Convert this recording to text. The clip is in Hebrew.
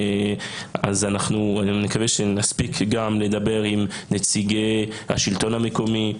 אז אנחנו נקווה שנספיק גם לדבר עם נציגי השלטון המקומי,